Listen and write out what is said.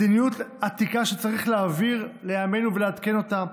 מדיניות עתיקה שצריך להעביר לימינו ולעדכן אותה.